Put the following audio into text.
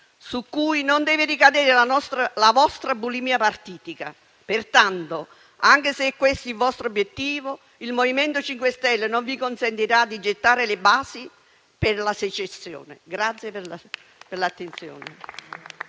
su cui non deve ricadere la vostra bulimia partitica. Pertanto, anche se è questo il vostro obiettivo, il MoVimento 5 Stelle non vi consentirà di gettare le basi per la secessione. Grazie per l'attenzione.